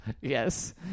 Yes